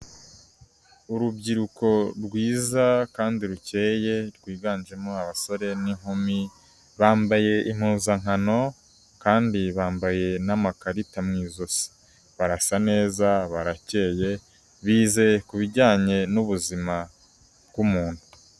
Urubyiruko rwiza kandi rukeye, rwiganjemo abasore n'inkumi, bambaye impuzankano, kandi bambaye n'amakarita mwi izosi. Barasa neza, barakeye, bizeye ku bijyanye n'ubuzima bw'umuntu.